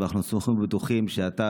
אבל אנחנו סמוכים ובטוחים שאתה,